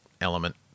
element